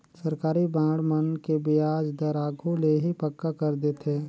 सरकारी बांड मन के बियाज दर आघु ले ही पक्का कर देथे